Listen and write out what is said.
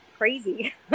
crazy